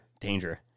danger